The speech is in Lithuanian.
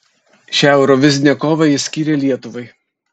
šią eurovizinę kovą jis skyrė lietuvai